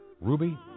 Ruby